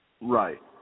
Right